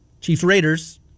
Chiefs-Raiders